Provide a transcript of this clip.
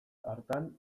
hartan